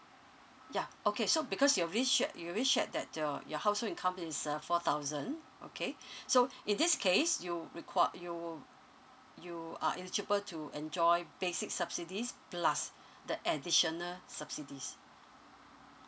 ya okay so because you already shared you already shared that your your household income is uh four thousand okay so in this case you requir~ you you are eligible to enjoy basic subsidies plus the additional subsidies